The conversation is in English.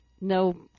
no